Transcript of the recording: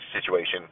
situation